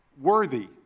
worthy